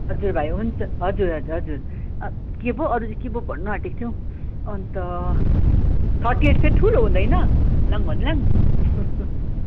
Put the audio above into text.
हजुर भाइ हुन्छ हजुर हजुर हजुर के पो अरू चाहिँ के पो भन्न आँटेको थिएँ हौ अन्त थर्टी एट चाहिँ ठुलो हुँदैन हर्लङ हर्लङ